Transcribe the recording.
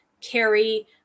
carry